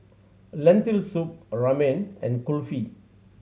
Lentil Soup Ramen and Kulfi